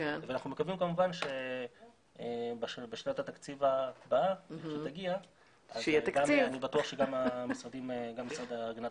אנחנו מקווים כמובן שבשנת התקציב שתגיע אני בטוח שגם משרד הגנת